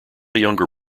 younger